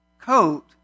coat